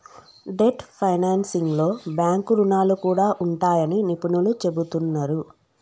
debt ఫైనాన్సింగ్లో bank రుణాలు కూడా ఉంటాయని నిపుణులు చెబుతున్నరు